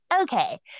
Okay